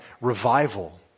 revival